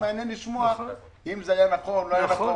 רציתי לשמוע אם זה היה נכון או לא היה נכון.